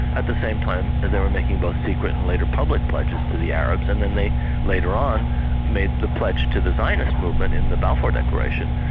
at the same time they were making both secret and later public pledges to the arabs, and then they later on made the pledge to the zionist movement in the balfour declaration,